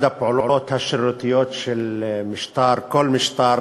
אחת הפעולות השרירותיות של משטר, כל משטר,